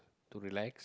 to relax